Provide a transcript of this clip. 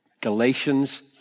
Galatians